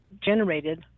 Generated